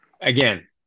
Again